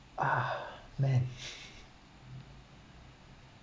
uh man